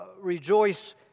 rejoice